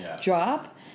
drop